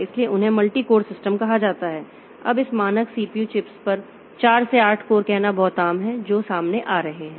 इसलिए उन्हें multi core system कहा जाता है अब इस मानक सीपीयू चिप्स पर 4 से 8 कोर कहना बहुत आम है जो सामने आ रहे हैं